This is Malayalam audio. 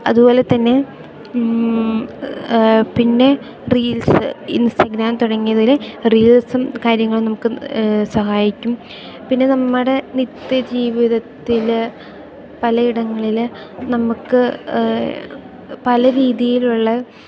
അതുപോലെ തന്നെ പിന്നെ റീൽസ് ഇൻസ്റ്റാഗ്രാം തുടങ്ങിയതിൽ റീൽസും കാര്യങ്ങളും നമുക്ക് സഹായിക്കും പിന്നെ നമ്മുടെ നിത്യജീവിതത്തിൽ പലയിടങ്ങളിൽ നമുക്ക് പല രീതിയിലുള്ള